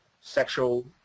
sexual